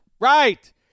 Right